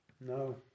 No